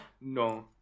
No